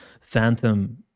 phantom